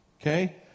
Okay